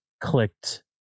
clicked